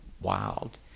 wild